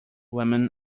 woman